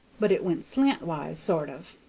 but it went slant-wise, sort of.